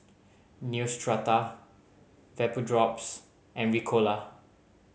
Neostrata Vapodrops and Ricola